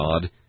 God